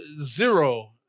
zero